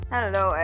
Hello